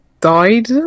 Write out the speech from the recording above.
died